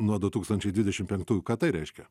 nuo du tūkstančiai dvidešim penktųjų ką tai reiškia